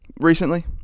Recently